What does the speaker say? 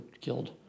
killed